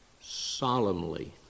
solemnly